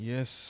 Yes